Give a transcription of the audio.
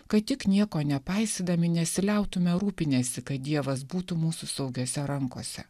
kad tik nieko nepaisydami nesiliautume rūpinęsi kad dievas būtų mūs saugiose rankose